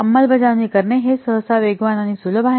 अंमलबजावणी करणे हे सहसा वेगवान आणि सुलभ आहे